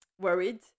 worried